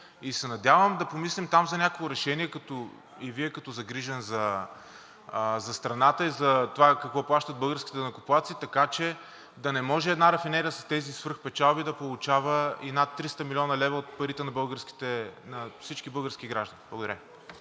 И се надявам да помислим там за някакво решение и Вие, като загрижен за страната и за това какво плащат българските данъкоплатци, така че да не може една рафинерия с тези свръхпечалби да получава и над 300 млн. лв. от парите на всички български граждани. Благодаря.